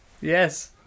Yes